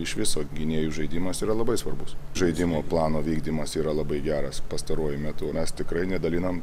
iš viso gynėjų žaidimas yra labai svarbus žaidimo plano vykdymas yra labai geras pastaruoju metu mes tikrai nedalinam